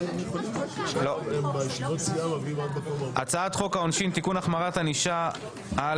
2. הצעת חוק העונשין (תיקון - החמרת הענישה על